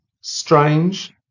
Strange